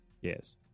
Yes